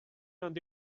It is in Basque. handi